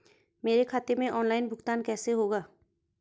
मेरे खाते में ऑनलाइन भुगतान कैसे होगा?